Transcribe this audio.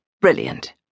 Brilliant